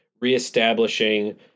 reestablishing